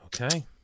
Okay